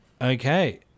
Okay